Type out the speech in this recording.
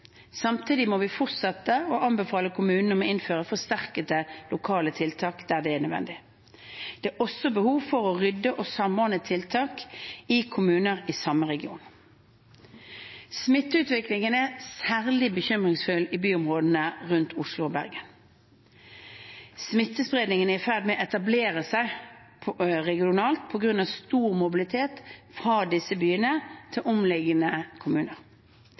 Samtidig må vi fortsette å anbefale kommunene å innføre forsterkede lokale tiltak der det er nødvendig. Det er også behov for å rydde og samordne tiltak i kommuner i samme region. Smitteutviklingen er særlig bekymringsfull i byområdene rundt Oslo og Bergen. Smittespredningen er i ferd med å etablere seg regionalt på grunn av stor mobilitet fra disse byene til omliggende kommuner.